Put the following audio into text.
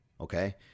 okay